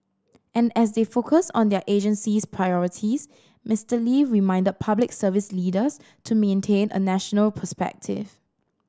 and as they focus on their agency's priorities Mister Lee reminded Public Service leaders to maintain a national perspective